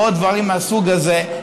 ועוד דברים מהסוג הזה,